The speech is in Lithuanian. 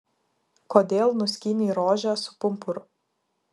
kodėl nuskynei rožę su pumpuru